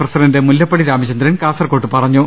president Mullappally Ramachandran കാസർകോട്ട് പറഞ്ഞു